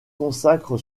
consacre